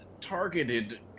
targeted